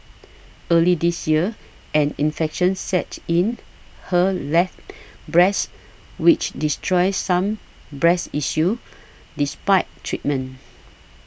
early this year an infection set in her left breast which destroyed some breast issue despite treatment